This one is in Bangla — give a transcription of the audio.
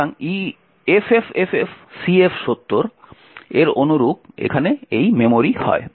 সুতরাং FFFFCF70 এর অনুরূপ এখানে এই মেমরি হয়